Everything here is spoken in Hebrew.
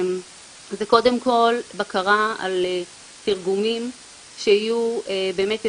זה קודם כל בקרה על תרגומים שיהיו באמת איכותיים,